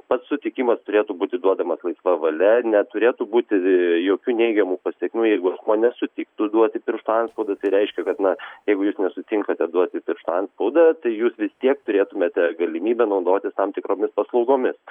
pats sutikimas turėtų būti duodamas laisva valia neturėtų būti jokių neigiamų pasekmių jeigu asmuo nesutiktų duoti piršto antspaudo tai reiškia kad na jeigu jūs nesutinkate duoti piršto antspaudą tai jūs vis tiek turėtumėte galimybę naudotis tam tikromis paslaugomis